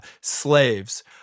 slaves